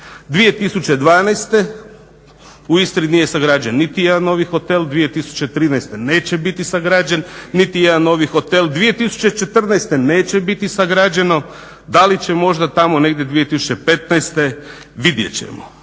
2012. u Istri nije sagrađen niti jedan novi hotel, 2013. neće biti sagrađen niti jedan novi hotel, 2014. neće biti sagrađeno. Da li će možda tamo negdje 2015. vidjet ćemo.